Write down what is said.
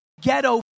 ghetto